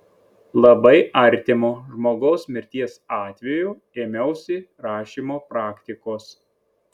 labai artimo žmogaus mirties atveju ėmiausi rašymo praktikos